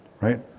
right